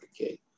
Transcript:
okay